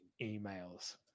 emails